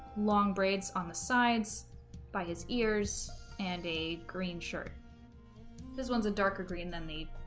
long braids on the sides by his ears and a green shirt this one's a darker green than the